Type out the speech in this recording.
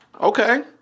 okay